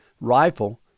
rifle